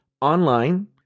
online